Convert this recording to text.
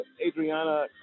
Adriana